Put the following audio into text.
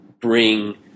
bring